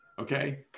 Okay